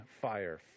fire